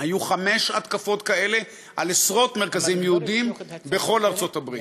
היו חמש התקפות כאלה על עשרות מרכזים יהודיים בכל ארצות-הברית,